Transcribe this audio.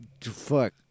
Fuck